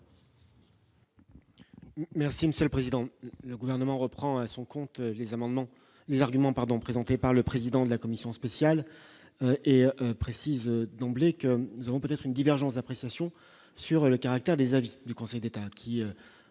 Merci monsieur le président, le gouvernement reprend à son compte les amendements, les arguments pardon présentée par le président de la Commission spéciale et précise d'emblée que nous avons peut-être une divergence d'appréciation sur le caractère des avis du Conseil d'État